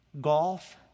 Golf